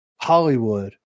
Hollywood